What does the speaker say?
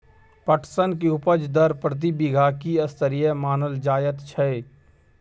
पटसन के उपज दर प्रति बीघा की स्तरीय मानल जायत छै?